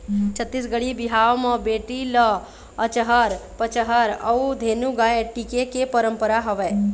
छत्तीसगढ़ी बिहाव म बेटी ल अचहर पचहर अउ धेनु गाय टिके के पंरपरा हवय